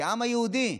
כעם היהודי,